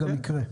גם יקרה.